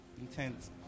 intense